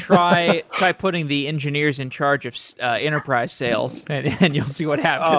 try try putting the engineers in charge of so enterprise sales and you'll see what happens.